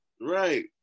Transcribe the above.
right